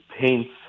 paints